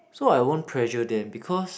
so I won't pressure them because